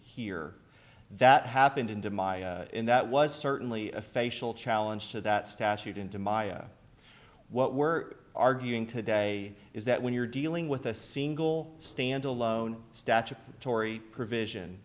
here that happened into my that was certainly a facial challenge to that statute into my what we're arguing today is that when you're dealing with a single standalone statutory provision